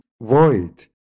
void